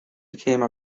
became